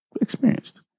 experienced